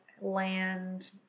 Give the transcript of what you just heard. Land